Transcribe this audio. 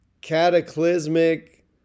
cataclysmic